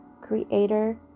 Creator